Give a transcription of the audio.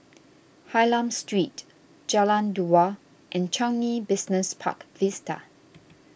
Hylam Street Jalan Dua and Changi Business Park Vista